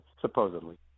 supposedly